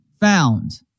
found